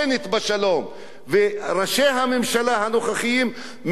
ראשי הממשלה הנוכחיים מעוניינים רק במלחמה,